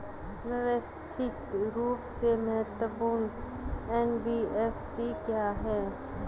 व्यवस्थित रूप से महत्वपूर्ण एन.बी.एफ.सी क्या हैं?